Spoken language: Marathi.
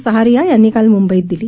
सहारिया यांनी काल मुंबईत दिली